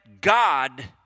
God